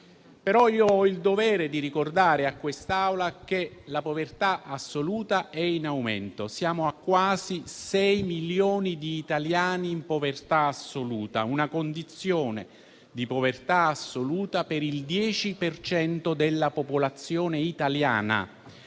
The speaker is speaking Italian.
però il dovere di ricordare che la povertà assoluta è in aumento, siamo a quasi 6 milioni di italiani in povertà assoluta, una condizione che interessa il 10 per cento della popolazione italiana.